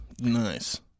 Nice